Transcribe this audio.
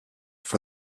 for